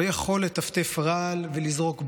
לא יכול לטפטף רעל ולזרוק בוץ.